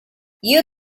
you